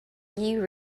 you